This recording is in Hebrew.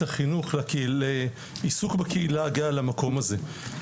החינוך עיסוק בקהילה הגאה למקום הזה.